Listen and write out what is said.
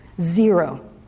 Zero